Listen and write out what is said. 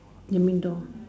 the main door